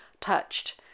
touched